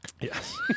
Yes